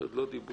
שעוד לא דיברו.